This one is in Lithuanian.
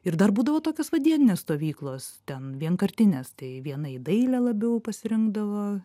ir dar būdavo tokios va dieninės stovyklos ten vienkartinės tai viena į dailę labiau pasirinkdavo